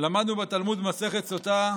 למדנו בתלמוד במסכת סוטה,